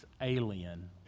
alien